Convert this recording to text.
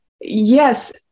Yes